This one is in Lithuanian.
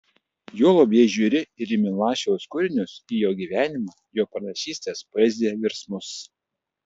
juolab jei žiūri ir į milašiaus kūrinius į jo gyvenimą jo pranašystes poeziją virsmus